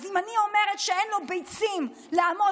אז אם אני אומרת שאין לו ביצים לעמוד